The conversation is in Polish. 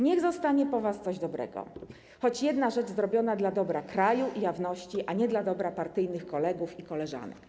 Niech zostanie po was coś dobrego, choć jedna rzecz zrobiona dla dobra kraju i jawności, a nie dla dobra partyjnych kolegów i koleżanek.